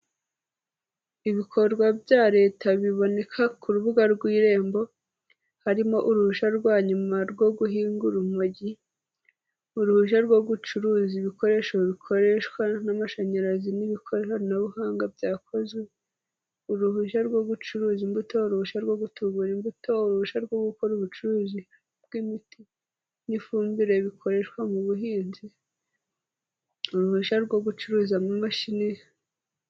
Ibikorwa bya Leta biboneka ku rubuga rw'Irembo: harimo uruhushya rwa nyuma rwo guhinga urumogi, uruhushya rwo gucuruza ibikoresho bikoreshwa n'amashanyarazi n'ikoranabuhanga byakoze, uruhushya rwo gucuruza imbuto, uruhushya rwo gutubura imbuto, uruhushya rwo gukora ubucuruzi bw'imiti n'ifumbire bikoreshwa mu buhinzi, uruhushya rwo gucuruza amamashini...